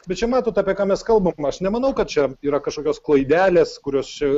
bet čia matot apie ką mes kalbam aš nemanau kad čia yra kažkokios klaidelės kurios čia